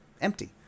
empty